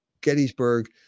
gettysburg